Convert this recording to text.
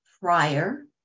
prior